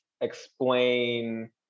explain